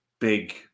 big